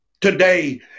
today